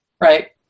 right